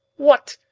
what!